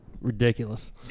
Ridiculous